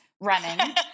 running